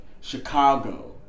Chicago